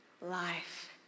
life